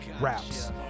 raps